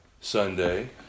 Sunday